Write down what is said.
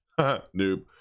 noob